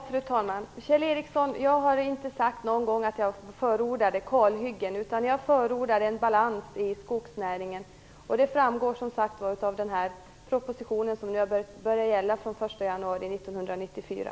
Fru talman! Kjell Ericsson, jag har inte någon gång sagt att jag förordar kalhyggen, utan jag förordar en balans i skogsnäringen. Det framgår som sagt var av lagen som började gälla den 1 januari 1994.